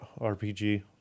RPG